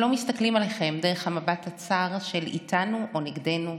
שלא מסתכלים עליכם דרך המבט הצר של איתנו או נגדנו,